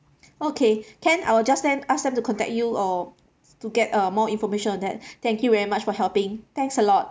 okay can I will just then ask them to contact you or to get uh more information on that thank you very much for helping thanks a lot